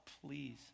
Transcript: Please